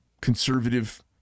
conservative